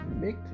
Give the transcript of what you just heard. make